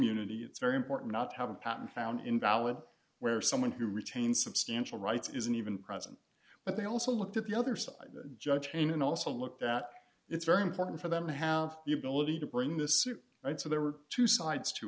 immunity it's very important not to have a patent found invalid where someone who retains substantial rights isn't even present but they also looked at the other side the judge chain and also look that it's very important for them to have the ability to bring the suit and so there were two sides to